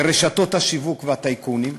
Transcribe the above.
ברשתות השיווק ובטייקונים,